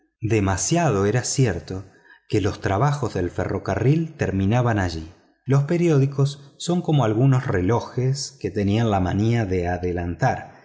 demasiado era cierto que los trabajos del ferrocarril terminaban allí los periódicos son como algunos relojes que tenían la manía de adelantar